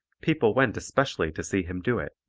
people went especially to see him do it.